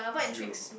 you